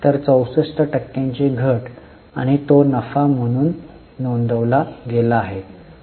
तर 64 टक्क्यांनी घट आणि तो नफा म्हणून नोंदविला गेला आहे